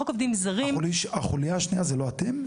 חוק העובדים הזרים --- החולייה השנייה זה לא אתם?